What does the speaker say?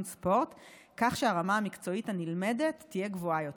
ספורט כך שהרמה המקצועית הנלמדת תהיה גבוהה יותר.